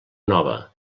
nova